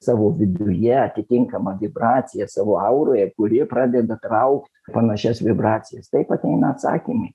savo viduje atitinkamą vibraciją savo auroje kuri pradeda traukt panašias vibracijas taip ateina atsakymai